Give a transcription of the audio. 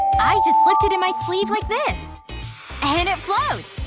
i just slipped it in my sleeve like this and it floats!